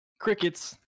Crickets